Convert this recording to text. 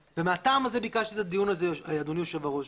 ומהטעם הזה ביקשתי את הדיון הזה אדוני יושב הראש.